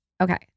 Okay